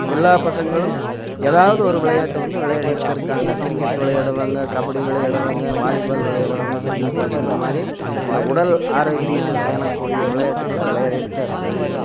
எல்லா பசங்களும் எதாவது ஒரு விளையாட்டை வந்து விளையாடிட்டுதான் இருக்காங்க கிரிக்கெட் விளையாடுவாங்க கபடி விளையாடுவாங்க வாலிபால் விளையாடுவாங்க ஷட்டில் காக்கு இந்தமாதிரி அந்த உடல் ஆரோக்கியத்தை பேணக்கூடிய விளையாட்டுக்களை விளையாடிட்டுதான் இருக்கிறாங்கங்க